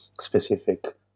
specific